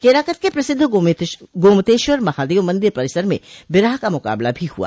केराकत के प्रसिद्ध गोमतेश्वर महादेव मंदिर परिसर में बिरहा का मुकाबला भी हआ